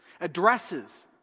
addresses